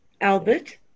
Albert